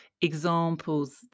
examples